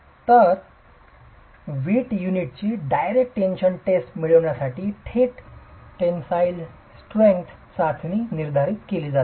तर वीट युनिटची डायरेक्ट टेन्शन मिळविण्यासाठी थेट टेनसाईल स्ट्रेंग्थ चाचणी निर्धारित केली जाते